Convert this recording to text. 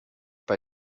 bei